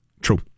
True